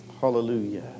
Hallelujah